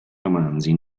romanzi